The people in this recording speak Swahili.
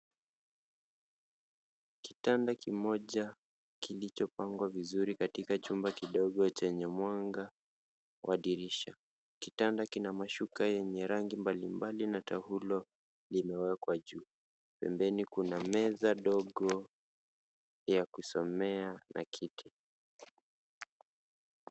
Kitanda kimoja kilichopangwa vizuri kwenye mwanga wa dirisha. Kitanda kina mashuka yenye rangi mbali mbali na taulo iliyowekwa juu. Pembeni kuna meza dogo ya kusomea na kiti.